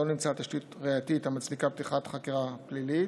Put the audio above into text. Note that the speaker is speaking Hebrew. לא נמצאה תשתית ראייתית המצדיקה פתיחה בחקירה פלילית.